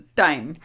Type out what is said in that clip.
time